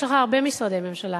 יש לך הרבה משרדי ממשלה,